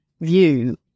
view